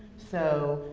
so,